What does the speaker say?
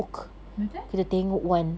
betul